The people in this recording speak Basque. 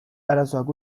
arazoak